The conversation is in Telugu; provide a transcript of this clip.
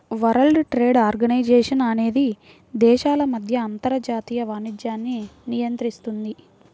వరల్డ్ ట్రేడ్ ఆర్గనైజేషన్ అనేది దేశాల మధ్య అంతర్జాతీయ వాణిజ్యాన్ని నియంత్రిస్తుంది